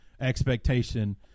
expectation